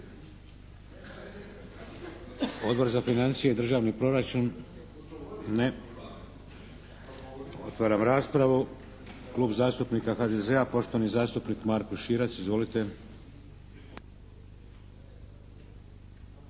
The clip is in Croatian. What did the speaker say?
Odbor za financije i državni proračun? Ne. Otvaram raspravu. Klub zastupnika HDZ-a, poštovani zastupnik Marko Širac. Izvolite.